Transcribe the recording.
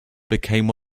became